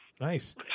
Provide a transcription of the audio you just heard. Nice